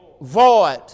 void